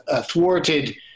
thwarted